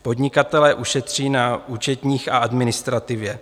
Podnikatelé ušetří na účetních a administrativě.